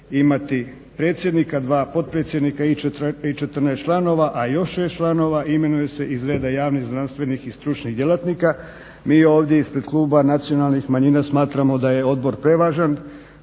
imati predsjednika, dva potpredsjednika i 14 članova, a još 6 članova imenuje se iz reda javnih, znanstvenih i stručnih djelatnika. Mi ovdje ispred kluba nacionalnih manjina smatramo da je odbor prevažan,